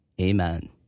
Amen